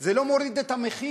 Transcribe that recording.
זה לא מוריד את המחיר.